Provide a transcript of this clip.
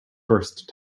burst